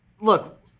Look